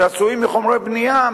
שעשויים מחומרי בנייה,